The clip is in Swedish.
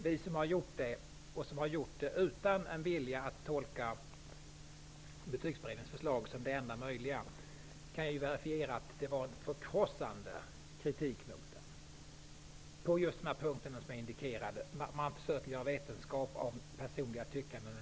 Vi som har gjort det, och gjort det utan en vilja att tolka Betygsberedningens förslag som det enda möjliga, kan verifiera att det riktades en förkrossande kritik mot förslaget på just de punkter jag indikerade. Man försöker t.ex. göra vetenskap av personliga tyckanden.